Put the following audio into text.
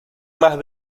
más